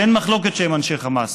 שאין מחלוקת שהם אנשי חמאס,